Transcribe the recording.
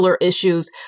issues